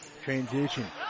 transition